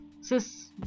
sis